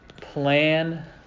Plan